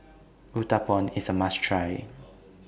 Uthapam IS A must Try